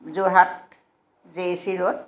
যোৰহাট জেয়িচি ৰোড